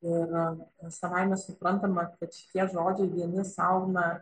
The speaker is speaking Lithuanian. ir savaime suprantama kad šitie žodžiai vieni sau na